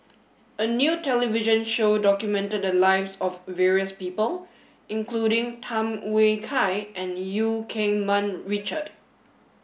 a new television show documented the lives of various people including Tham Yui Kai and Eu Keng Mun Richard